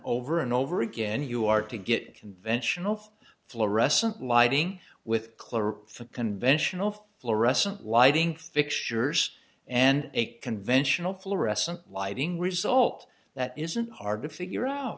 over and over again you are to get conventional for fluorescent lighting with clearer conventional fluorescent lighting fixtures and a conventional fluorescent lighting result that isn't hard to figure